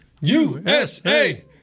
USA